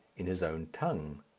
in his own tongue.